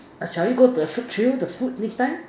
shall we go to a food trail the food next time